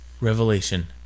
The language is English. Revelation